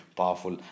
powerful